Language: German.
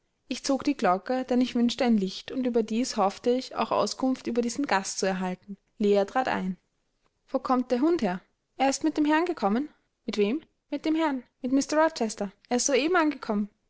ich zog die glocke denn ich wünschte ein licht und überdies hoffte ich auch auskunft über diesen gast zu erhalten leah trat ein wo kommt dieser hund her er ist mit dem herrn gekommen mit wem mit dem herrn mit mr rochester er ist soeben angekommen